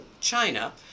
China